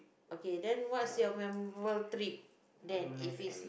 okay then what's your memorable trip then if it's